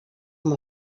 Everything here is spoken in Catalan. com